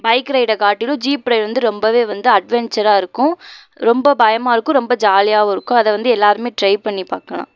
bike ரைடை காட்டிலும் jeep ride வந்து ரொம்பவே வந்து அட்வென்ச்சராக இருக்கும் ரொம்ப பயமாக இருக்கும் ரொம்ப ஜாலியாகவும் இருக்கும் அதை வந்து எல்லாருமே ட்ரை பண்ணி பார்க்கலாம்